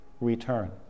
return